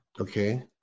Okay